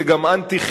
זה גם אנטי-חברתי.